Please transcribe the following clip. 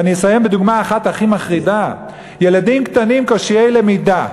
ואני אסיים בדוגמה אחת הכי מחרידה: ילדים קטנים עם קשיי למידה.